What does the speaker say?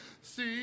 see